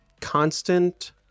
constant